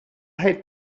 hate